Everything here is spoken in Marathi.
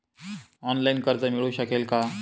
ऑनलाईन कर्ज मिळू शकेल का?